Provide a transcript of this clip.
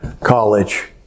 college